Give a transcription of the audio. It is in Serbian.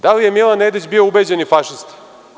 Da li je Milan Nedić bio ubeđeni fašista?